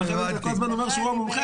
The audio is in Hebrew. ואתה אומר שהוא המומחה.